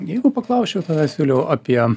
jeigu paklausčiau tavęs juliau apie